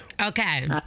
Okay